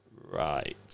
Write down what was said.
Right